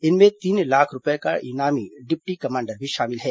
इनमें तीन लाख रूपये का इनामी डिप्टी कमांडर भी शामिल है